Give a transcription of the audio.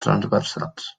transversals